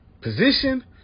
position